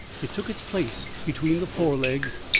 it took its place between the forelegs,